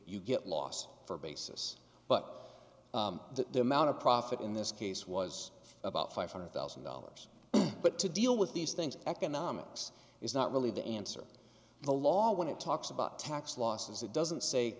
you get lost for basis but the amount of profit in this case was about five hundred thousand dollars but to deal with these things economics is not really the answer to the law when it talk it's about tax losses it doesn't say